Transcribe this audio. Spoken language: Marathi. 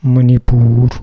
मणिपूर